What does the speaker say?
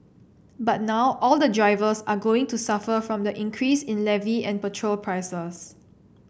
but now all the drivers are going to suffer from the increase in levy and petrol prices